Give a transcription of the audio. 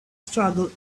struggle